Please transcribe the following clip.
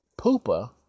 Poopa